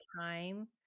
time